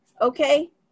okay